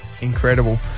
incredible